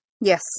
Yes